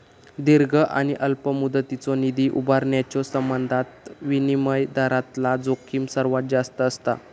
दीर्घ आणि अल्प मुदतीचो निधी उभारण्याच्यो संबंधात विनिमय दरातला जोखीम सर्वात जास्त असता